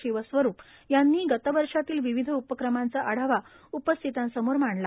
शिवस्वरूप यांनी गतवर्षातील विविध उपक्रमांचा आढावा उपस्थितांसमोर मांडला